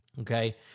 okay